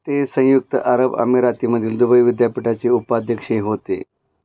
ते संयुक्त अरब अमिरातीमधील दुबई विद्यापीठाचे उपाध्यक्षही होते